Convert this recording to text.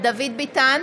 דוד ביטן,